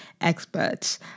experts